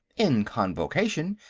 in convocation,